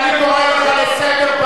איזבל.